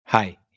Hi